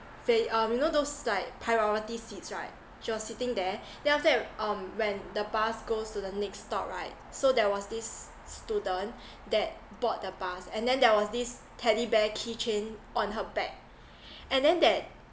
fa~ um you know those like priority seats right she was sitting there then after that um when the bus goes to the next stop right so there was this student that board the bus and then there was this teddy bear key chain on her back and then that